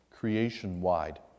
creation-wide